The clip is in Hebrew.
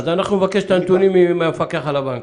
אז אנחנו נבקש את הנתונים מהמפקח על הבנקים.